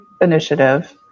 initiative